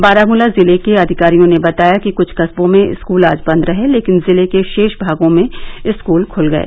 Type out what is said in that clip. बारामला जिले के अधिकारियों ने बताया कि कुछ कस्बो में स्कूल आज बंद रहे लेकिन जिले के शेष भागों में स्कूल खुल गये